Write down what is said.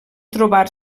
trobar